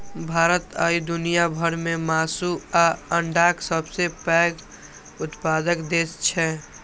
भारत आइ दुनिया भर मे मासु आ अंडाक सबसं पैघ उत्पादक देश छै